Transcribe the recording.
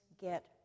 get